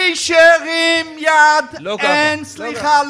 מי שהרים יד, אין סליחה.